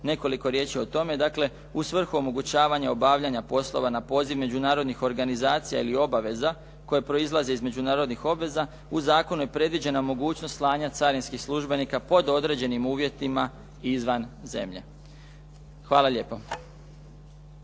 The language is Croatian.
nekoliko riječi o tome. Dakle, u svrhu omogućavanja obavljanja poslova na poziv međunarodnih organizacija ili obaveza koje proizlaze iz međunarodnih obveza uz zakon je predviđena mogućnost slanja carinskih službenika pod određenim uvjetima izvan zemlje. Hvala lijepo.